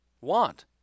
want